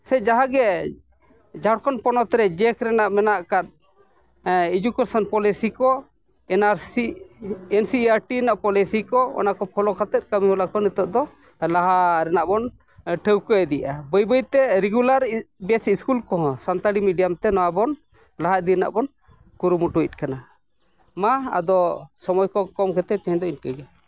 ᱥᱮ ᱡᱟᱦᱟᱸ ᱜᱮ ᱡᱷᱟᱲᱠᱷᱚᱸᱰ ᱯᱚᱱᱚᱛ ᱨᱮ ᱡᱮᱠ ᱨᱮᱱᱟᱜ ᱢᱮᱱᱟᱜ ᱠᱟᱫ ᱮᱰᱩᱠᱮᱥᱚᱱ ᱯᱚᱞᱤᱥᱤ ᱠᱚ N R C N C R T ᱨᱮᱱᱟᱜ ᱯᱚᱞᱤᱥᱤ ᱠᱚ ᱚᱱᱟ ᱠᱚ ᱯᱷᱳᱞᱳ ᱠᱟᱛᱮᱫ ᱠᱟᱹᱢᱤ ᱦᱚᱨᱟ ᱠᱚ ᱱᱤᱛᱚᱜ ᱫᱚ ᱞᱟᱦᱟ ᱨᱮᱱᱟᱜ ᱵᱚᱱ ᱴᱷᱟᱹᱣᱠᱟᱹ ᱤᱫᱤᱭᱟ ᱵᱟᱹᱭ ᱵᱟᱹᱭᱛᱮ ᱨᱮᱜᱩᱞᱟᱨ ᱵᱮᱹᱥ ᱤᱥᱠᱩᱞ ᱠᱚ ᱦᱚᱸ ᱥᱟᱱᱛᱟᱲᱤ ᱢᱤᱰᱤᱭᱟᱢᱛᱮ ᱱᱚᱣᱟ ᱵᱚᱱ ᱞᱟᱦᱟ ᱤᱫᱤ ᱨᱮᱱᱟᱜ ᱵᱚᱱ ᱠᱩᱨᱩᱢᱴᱩᱭᱮᱫ ᱠᱟᱱᱟ ᱢᱟ ᱟᱫᱚ ᱥᱚᱢᱚᱭ ᱠᱚ ᱠᱚᱢ ᱠᱷᱟᱹᱛᱤᱨ ᱛᱮᱦᱮᱧ ᱫᱚ ᱤᱱᱠᱟᱹ ᱜᱮ